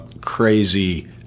crazy